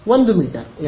1 metre